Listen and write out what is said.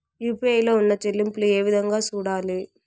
UPI లో ఉన్న చెల్లింపులు ఏ విధంగా సూడాలి